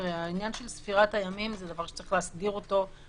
העניין של ספירת הימים זה דבר שיש להסדירו בלי קשר.